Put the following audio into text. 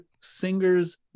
Singer's